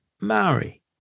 Maori